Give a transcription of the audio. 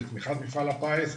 בתמיכת מפעל הפיס,